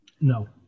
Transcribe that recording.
No